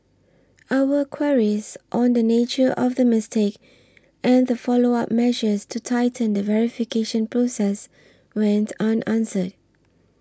our queries on the nature of the mistake and the follow up measures to tighten the verification process went unanswered